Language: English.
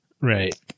Right